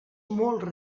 molt